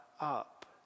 up